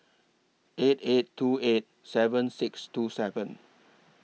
eight eight two eight seven six two seven